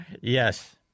Yes